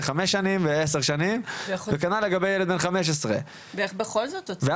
חמש שנים ולפני עשר שנים וכנ"ל לגבי ילד בן 15 ואז השאלה